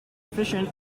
efficient